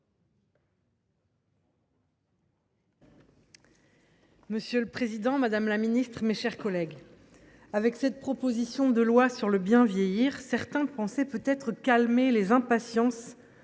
Monsieur le président, madame la ministre, mes chers collègues, avec cette proposition de loi sur le bien vieillir, certains pensaient peut être calmer les impatiences